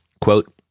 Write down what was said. quote